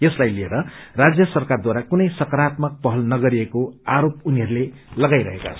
यसलाई लिएर राज्य सरकारद्वारा कुनै सकारात्मक पहल नगरिएको आरोप उनीहरूले लगाइरहेका छन्